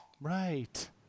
Right